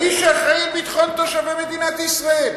האיש שאחראי על ביטחון תושבי מדינת ישראל,